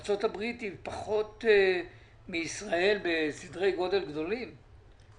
ארצות הברית היא פחות מישראל בסדרי גודל גדולים?